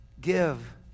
Give